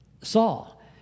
Saul